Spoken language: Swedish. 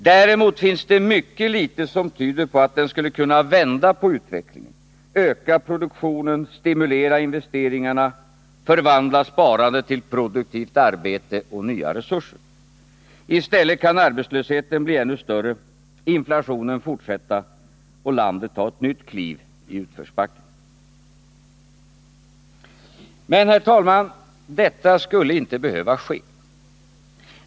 Däremot finns det mycket litet som tyder på att den skulle kunna vända på utvecklingen — öka produktionen, stimulera investeringarna och förvandla sparandet till produktivt arbete och nya resurser. I stället kan arbetslösheten bli ännu större, inflationen fortsätta och landet ta ett nytt kliv i utförsbacken. Men, herr talman, detta skulle inte behöva ske.